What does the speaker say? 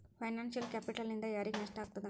Financial ಕ್ಯಾಪಿಟಲ್ನಿಂದಾ ಯಾರಿಗ್ ನಷ್ಟ ಆಗ್ತದ?